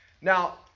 Now